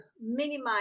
minimize